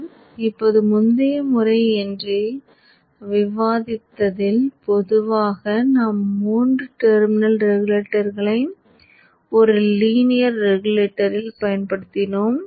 நாம் இப்போது முந்தைய முறை என்று விவாதத்தில் பொதுவாக நாம் மூன்று டெர்மினல் ரெகுலேட்டர்களை ஒரு லீனியர் ரெகுலேட்டரில் பயன்படுத்தினோம்